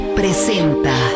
presenta